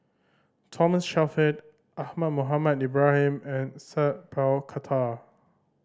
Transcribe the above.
Thomas Shelford Ahmad Mohamed Ibrahim and Sat Pal Khattar